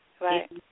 right